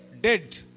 dead